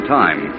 time